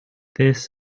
this